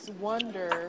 wonder